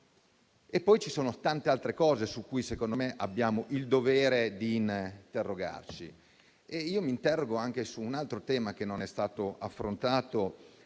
Poi ci sono tante altre cose su cui, secondo me, abbiamo il dovere di interrogarci. Io mi interrogo anche su un altro tema che non è stato affrontato